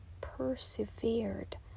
persevered